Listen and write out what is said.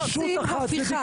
אתם עושים הפיכה.